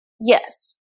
Yes